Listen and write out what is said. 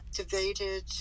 activated